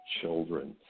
children